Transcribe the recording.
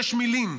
יש מילים,